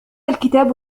الكتاب